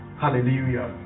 Hallelujah